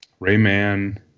Rayman